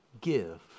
give